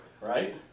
right